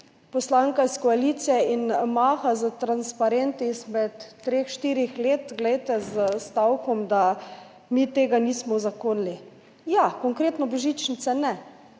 poslanka iz koalicije in maha s transparenti izpred treh, štirih let s stavkom, da mi tega nismo uzakonili. Ja, konkretno božičnice ne,